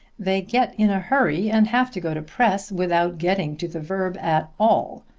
they get in a hurry and have to go to press without getting to the verb at all.